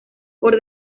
por